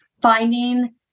finding